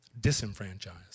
disenfranchised